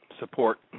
Support